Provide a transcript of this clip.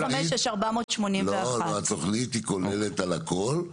5 יש 481. התוכנית היא כוללת על הכול,